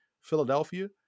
Philadelphia